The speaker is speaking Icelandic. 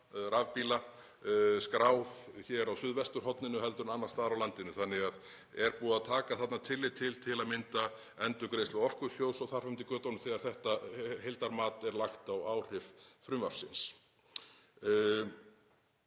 hér á suðvesturhorninu en annars staðar á landinu, þannig að er búið að taka tillit til til að mynda endurgreiðslu Orkusjóðs og þar fram eftir götunum þegar þetta heildarmat er lagt á áhrif frumvarpsins?